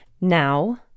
Now